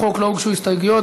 לחוק לא הוגשו הסתייגויות,